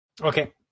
Okay